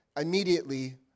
immediately